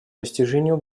достижению